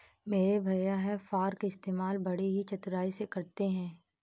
मेरे भैया हे फार्क इस्तेमाल बड़ी ही चतुराई से करते हैं